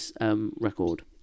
record